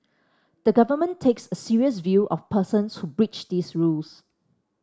the government takes a serious view of persons who breach these rules